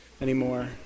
anymore